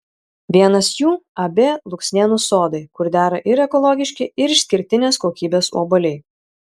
vienas jų ab luksnėnų sodai kur dera ir ekologiški ir išskirtinės kokybės obuoliai